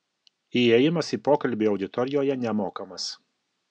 įėjimas į pokalbį auditorijoje nemokamas